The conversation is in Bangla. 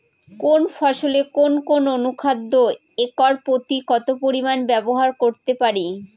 কোন ফসলে কোন কোন অনুখাদ্য একর প্রতি কত পরিমান ব্যবহার করতে পারি?